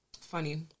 funny